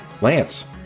Lance